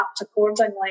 accordingly